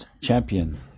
Champion